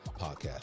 podcast